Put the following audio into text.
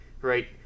right